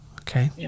Okay